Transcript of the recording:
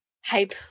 hype